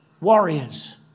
warriors